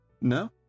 No